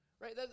Right